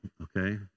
okay